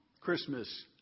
Christmas